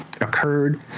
occurred